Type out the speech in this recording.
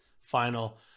final